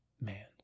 man